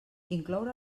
incloure